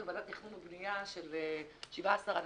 יש לנו ועדת תכנון ובנייה של 17 אנשים,